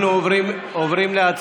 אנחנו עוברים להצבעה.